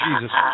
Jesus